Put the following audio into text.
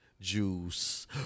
Juice